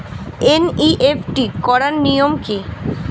NEFT করার নিয়ম কী?